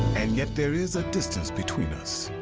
and yet, there is a distance between us.